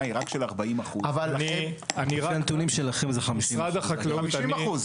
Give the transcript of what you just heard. היא רק של 40%. לפי הנתונים שלכם זה 50%. 50%,